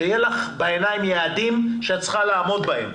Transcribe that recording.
כשיהיו לך יעדים מספריים שאת צריכה לעמוד בהם,